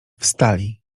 wstali